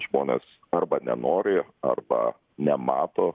žmonės arba nenori arba nemato